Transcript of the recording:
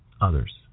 others